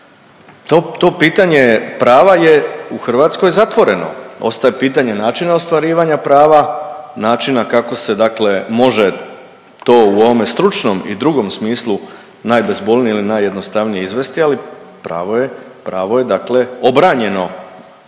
to pitanje prava je u Hrvatskoj zatvoreno, ostaje pitanje načina ostvarivanja prava, načina kako se dakle može to u ovome stručnom i drugom smislu najbezbolnije ili najjednostavnije izvesti, ali pravo je, pravo